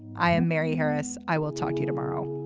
i am mary harris. i will talk to you tomorrow